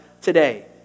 today